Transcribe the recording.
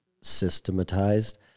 systematized